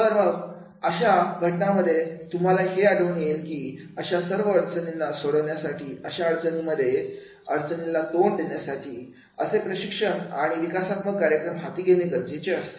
तरमळाव अशा घटनांमध्ये तुम्हाला हे आढळून येते की अशा सर्व अडचणींना सोडवण्यासाठी अशा संस्थेमधील अडचणी ला तोंड देण्यासाठी असे प्रशिक्षण आणि विकासात्मक कार्यक्रम हाती घेणे गरजेचे असते